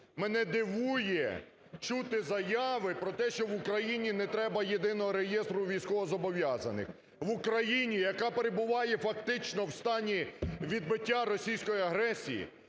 Мене дивує чути заяви про те, що в Україні не треба Єдиного реєстру військовозобов'язаних. В Україні, яка перебуває фактично в стані відбиття російської агресії,